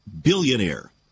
billionaire